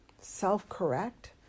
self-correct